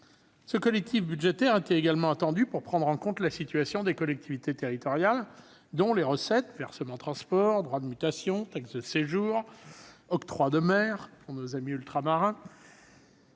Ce collectif budgétaire était également attendu pour prendre en compte la situation des collectivités territoriales dont les recettes- versement transport, droits de mutation, taxe de séjour, octroi de mer -sont touchées par la crise.